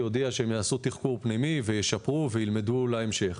הודיע שהם יעשו תחקור פנימי וישפרו וילמדו להמשך.